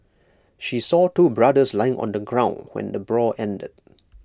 she saw two brothers lying on the ground when the brawl ended